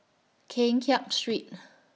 Keng Kiat Street